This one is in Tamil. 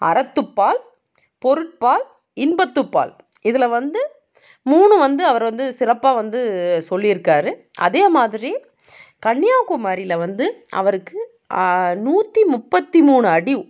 அறத்துப்பால் பொருட்பால் இன்பத்துப்பால் இதில் வந்து மூணு வந்து அவர் வந்து சிறப்பாக வந்து சொல்லிருக்கார் அதே மாதிரி கன்னியாகுமரியில் வந்து அவருக்கு நூற்றி முப்பத்து மூணு அடி